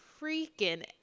freaking